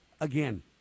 again